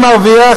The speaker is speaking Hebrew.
מי מרוויח?